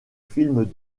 films